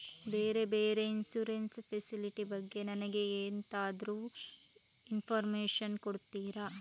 ಬೇರೆ ಬೇರೆ insurance facility ಬಗ್ಗೆ ನನಗೆ ಎಂತಾದ್ರೂ ಇನ್ಫೋರ್ಮೇಷನ್ ಕೊಡ್ತೀರಾ?